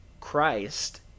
Christ